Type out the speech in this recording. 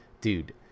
dude